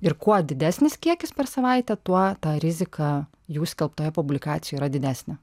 ir kuo didesnis kiekis per savaitę tuo ta rizika jų skelbtoje publikacijoj yra didesnė